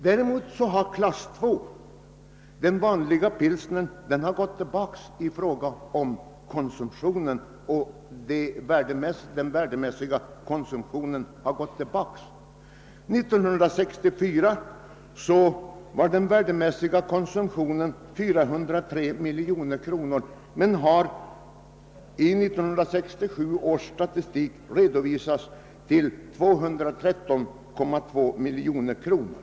För öl av klass II A, den vanliga pils nern, har däremot den värdemässiga konsumtionen gått tillbaka. Den var år 1964 403 miljoner kronor men har i 1967 års statistik redovisats till 213,2 miljoner kronor.